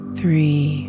three